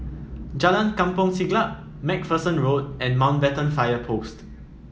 Jalan Kampong Siglap MacPherson Road and Mountbatten Fire Post